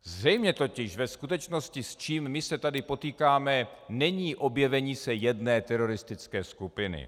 Zřejmě totiž ve skutečnosti s čím my se tady potýkáme, není objevení se jedné teroristické skupiny.